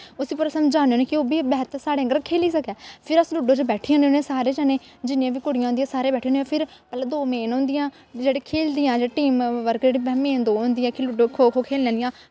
उसी पूरा समझान्ने होन्ने कि ओह् बी पूरा साढ़े आंह्गर खेढी सकै फिर अस लूडो च बैठी जन्ने होने सारे जिन्नियां बी कुड़ियां होंदियां सारे बैठी जन्ने होने फिर पैह्लें दो मेन होंदियां जेह्ड़ी खेढदियां जेह्ड़ी टीम वर्क जेह्ड़ी मेन दो होंदियां खो खो खेढने आह्लियां